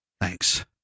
thanks